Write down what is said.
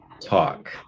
talk